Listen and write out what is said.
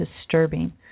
disturbing